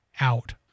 out